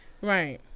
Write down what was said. right